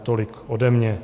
Tolik ode mě.